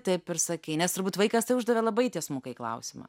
taip ir sakei nes turbūt vaikas tai uždavė labai tiesmukai klausimą